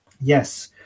Yes